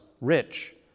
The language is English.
rich